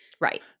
Right